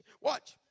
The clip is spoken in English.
watch